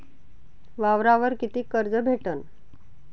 वावरावर कितीक कर्ज भेटन?